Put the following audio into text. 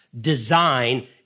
design